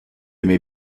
may